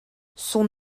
son